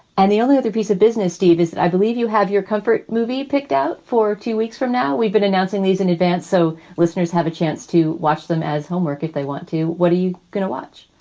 and the only other piece of business, steve, is i believe you have your comfort movie picked out for two weeks from now. we've been announcing these in advance. so listeners have a chance to watch them as homework if they want to. what are you going to watch?